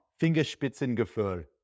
fingerspitzengefühl